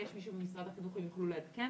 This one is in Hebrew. אם יש מישהו ממשרד החינוך הם יוכלו לעדכן.